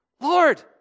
Lord